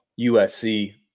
USC